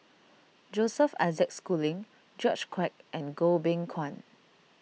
Joseph Isaac Schooling George Quek and Goh Beng Kwan